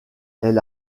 elle